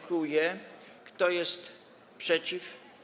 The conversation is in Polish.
Kto jest przeciw?